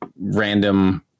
random